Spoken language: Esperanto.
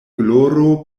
gloro